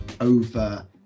over